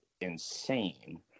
insane